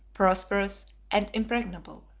prosperous, and impregnable.